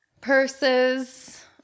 Purses